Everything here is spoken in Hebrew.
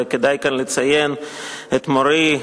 וכדאי כאן לציין את מורי,